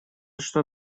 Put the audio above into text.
что